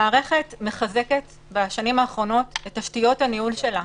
המערכת מחזקת בשנים האחרונות את תשתיות הניהול שלה.